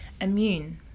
immune